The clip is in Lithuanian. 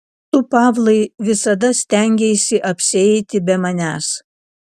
tu pavlai visada stengeisi apsieiti be manęs